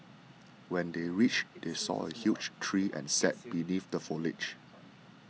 when they reached they saw a huge tree and sat beneath the foliage